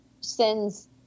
sends